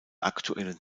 aktuellen